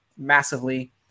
Massively